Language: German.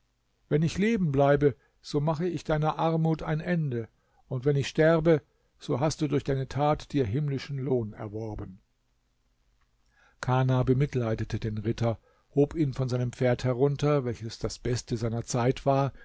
wenn ich leben bleibe so mache ich deiner armut ein ende und wenn ich sterbe so hast du durch deine tat dir himmlischen lohn erworben kana bemitleidete den ritter hob ihn von seinem pferd herunter welches das beste seiner zeit war